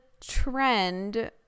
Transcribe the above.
trend